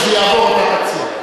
ברגע שזה יעבור אתה תציע.